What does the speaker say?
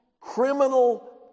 criminal